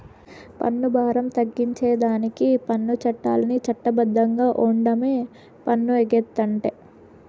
పన్ను బారం తగ్గించేదానికి పన్ను చట్టాల్ని చట్ట బద్ధంగా ఓండమే పన్ను ఎగేతంటే